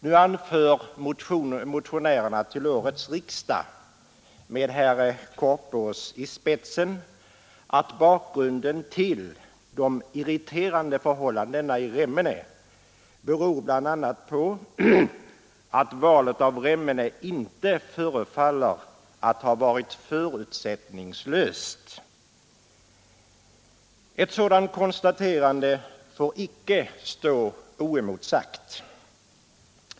Nu anför motionärerna till årets riksdag — med herr Korpås i spetsen — att bakgrunden till de irriterande förhållandena i Remmene är bl.a. att valet av Remmene inte förefaller att ha varit förutsättningslöst. Ett sådant konstaterande får inte stå oemotsagt.